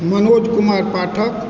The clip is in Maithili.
मनोज कुमार पाठक